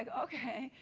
like okay?